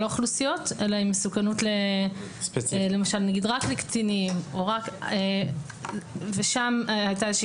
האוכלוסיות אלא היא מסוכנות למשל רק נגד קטינים ושם הייתה איזושהי